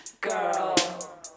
girl